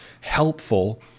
helpful